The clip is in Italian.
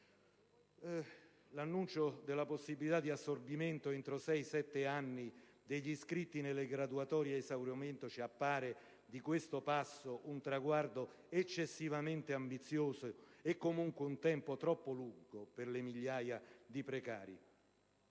L'annuncio della possibilità di assorbimento entro sei o sette anni degli iscritti nelle graduatorie ad esaurimento ci appare di questo passo un traguardo eccessivamente ambizioso e comunque un tempo troppo lungo per le migliaia di precari.